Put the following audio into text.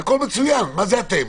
מה זה אתם?